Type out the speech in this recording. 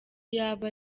yaba